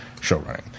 showrunning